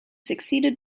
succeeded